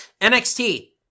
NXT